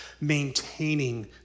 Maintaining